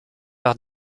par